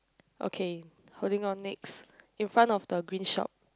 okay holding on next in front of the green shop